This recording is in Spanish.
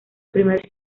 primer